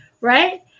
right